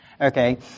Okay